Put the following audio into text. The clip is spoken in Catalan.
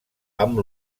amb